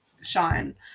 shine